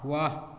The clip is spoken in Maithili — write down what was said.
वाह